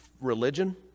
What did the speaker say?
religion